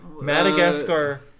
Madagascar